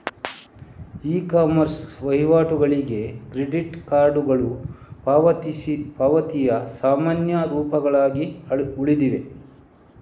E commerce ವಹಿವಾಟುಗಳಿಗೆ credit ಕಾರ್ಡುಗಳು ಪಾವತಿಯ ಸಾಮಾನ್ಯ ರೂಪಗಳಾಗಿ ಉಳಿದಿವೆ